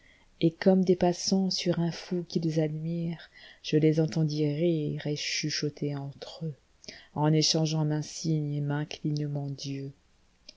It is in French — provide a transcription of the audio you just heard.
et comme des passants sur un fou qu'ils admirent je les entendis rire et chuchoter entne eux en échangeant maint signe et maint clignement d'yeux